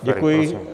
Děkuji.